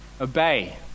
Obey